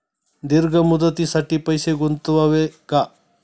दीर्घ मुदतीसाठी पैसे गुंतवावे का?